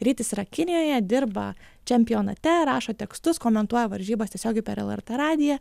rytis yra kinijoje dirba čempionate rašo tekstus komentuoja varžybas tiesiogiai per lrt radiją